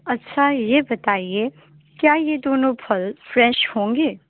اچھا یہ بتائیے کیا یہ دونوں پھل فریش ہوں گے